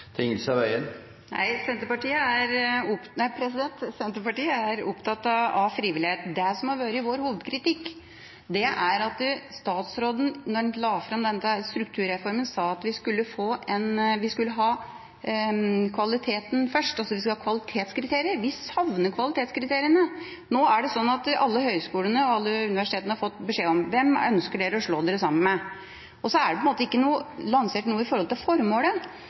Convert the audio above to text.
Nei, Senterpartiet er opptatt av frivillighet. Det som har vært vår hovedkritikk, er at statsråden da han la fram strukturreformen, sa at vi skulle ha kvalitetskriterier. Vi savner kvalitetskriteriene. Nå er det sånn at alle høyskolene og alle universitetene har fått spørsmålet: Hvem ønsker dere å slå dere sammen med? Og så er det ikke lansert noe med tanke på formålet. Nå skjønner jeg at det skal legges fram en stortingsmelding om utdanningskvalitet i